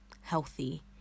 healthy